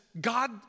God